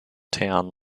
town